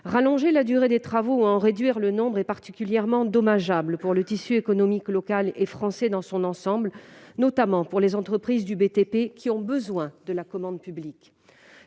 Rallonger la durée des travaux ou en réduire le nombre est particulièrement dommageable pour le tissu économique local et français dans son ensemble, notamment pour les entreprises du BTP, qui ont besoin de la commande publique.